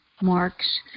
Mark's